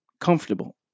comfortable